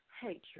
hatred